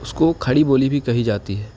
اس کو کھڑی بولی بھی کہی جاتی ہے